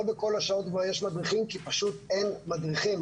לא בכל השעות יש מדריכים כי פשוט אין מדריכים.